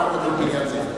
אנחנו נדון בעניין זה.